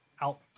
out